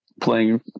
playing